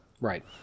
Right